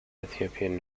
ethiopian